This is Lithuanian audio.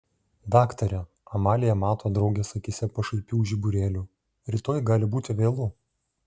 daktare amalija mato draugės akyse pašaipių žiburėlių rytoj gali būti vėlu